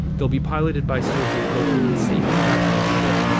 they'll be piloted by soldiers located safely back on a ship,